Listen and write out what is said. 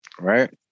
Right